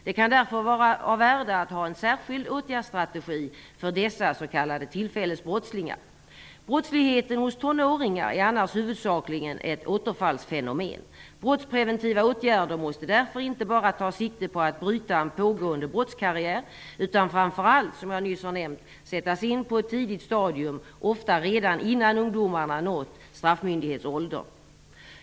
Det kan därför vara av värde att ha en särskild åtgärdsstrategi för dessa s.k. Brottsligheten hos tonåringar är annars huvudsakligen ett återfallsfenomen. Brottspreventiva åtgärder måste därför inte bara ta sikte på att bryta en pågående brottskarriär, utan framför allt, som jag nyss har nämnt, sättas in på ett tidigt stadium, ofta redan innan ungdomarna nått straffmyndighetsåldern.